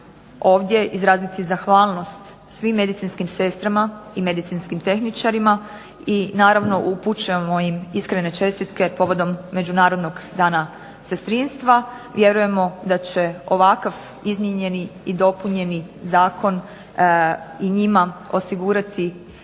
ovdje izraziti zahvalnost svim medicinskim sestrama i medicinskim tehničarima i naravno upućujemo im iskrene čestitke povodom Međunarodnog dana sestrinstva. Vjerujemo da će ovakav izmijenjeni i dopunjeni zakon i njima osigurati